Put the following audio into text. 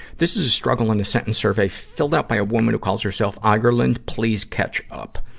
this is a struggle in a sentence survey filled out by a woman who calls herself ireland, please catch up.